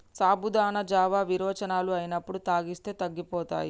సాబుదానా జావా విరోచనాలు అయినప్పుడు తాగిస్తే తగ్గిపోతాయి